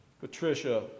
Patricia